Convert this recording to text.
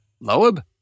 Loeb